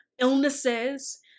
illnesses